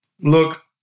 look